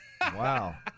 Wow